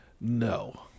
No